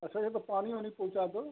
अच्छा ये तो पानी ओनी पहुँचा दो